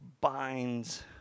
binds